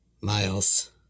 Miles